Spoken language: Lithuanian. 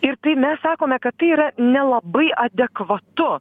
ir tai mes sakome kad yra nelabai adekvatu